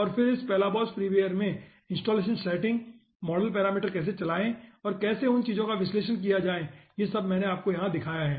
और फिर इस Palabos फ्रीवेयर में इंस्टॉलेशन सेटिंग मॉडल पैरामीटर कैसे चलाएं और कैसे उन चीजों का विश्लेषण किया जाए ये सब हमने आपको यहां दिखाया हैं